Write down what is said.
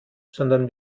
sondern